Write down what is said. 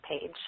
page